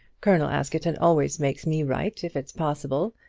colonel askerton always makes me write if it's possible,